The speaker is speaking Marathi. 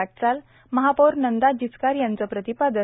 वाटचाल महापौर नंदा जिचकार यांच प्रतिपादन